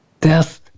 death